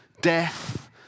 death